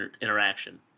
interaction